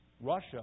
Russia